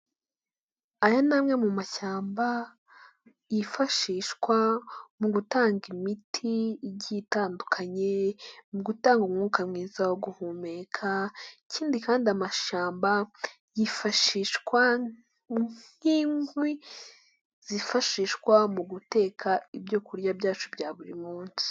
Aya ni amwe mu mashyamba yifashishwa mu gutanga imiti igiye itandukanye, mu gutanga umwuka mwiza wo guhumeka, ikindi kandi amashamba yifashishwa nk'inkwi zifashishwa mu guteka ibyo kurya byacu bya buri munsi.